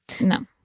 no